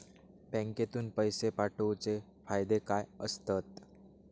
बँकेतून पैशे पाठवूचे फायदे काय असतत?